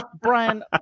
Brian